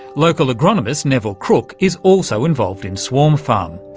local agronomist neville crook is also involved in swarmfarm.